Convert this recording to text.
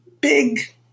big